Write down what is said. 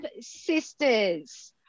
Sisters